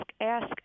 ask